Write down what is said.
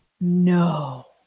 No